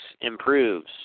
improves